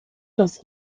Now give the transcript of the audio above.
das